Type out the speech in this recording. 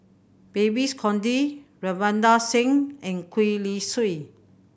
Babes Conde Ravinder Singh and Gwee Li Sui